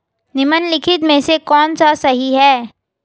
निम्नलिखित में से कौन सा सही है?